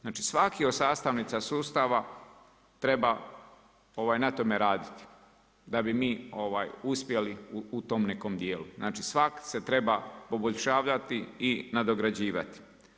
Znači svaka od sastavnica sustava treba na tome raditi da bi mi uspjeli u tom nekom djelu, znači svak' se treba poboljšavati i nadograđivati.